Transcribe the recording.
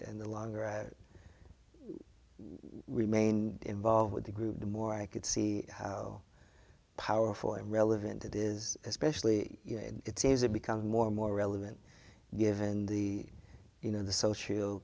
and the longer i had remain involved with the group the more i could see how powerful and relevant it is especially it's becoming more and more relevant given the you know the social